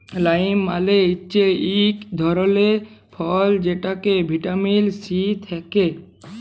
lime মালে হচ্যে ইক ধরলের ফল যেটতে ভিটামিল সি থ্যাকে